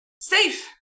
safe